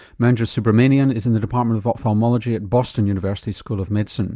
manju subramanian is in the department of ophthalmology at boston university school of medicine.